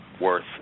worth